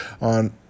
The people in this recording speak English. on